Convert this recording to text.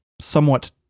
somewhat